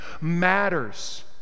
matters